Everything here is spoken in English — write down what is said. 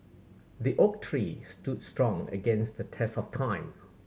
the oak tree stood strong against the test of time